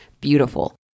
beautiful